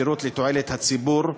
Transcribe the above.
שירות לתועלת הציבור,